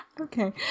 Okay